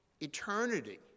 eternity